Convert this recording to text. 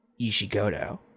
Ishigoto